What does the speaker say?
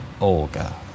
olga